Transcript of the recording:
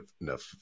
enough